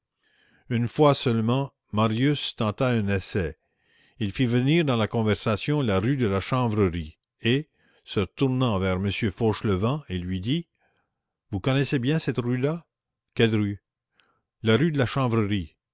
une fois seulement marius tenta un essai il fit venir dans la conversation la rue de la chanvrerie et se tournant vers m fauchelevent il lui dit vous connaissez bien cette rue là quelle rue la rue de la